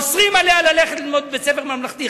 אוסרים עליה ללכת ללמוד בבית-ספר ממלכתי,